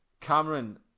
Cameron